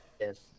Yes